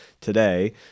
today